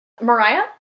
mariah